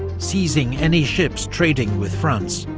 seizing any ships trading with france,